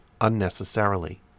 unnecessarily